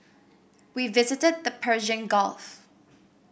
we visited the Persian Gulf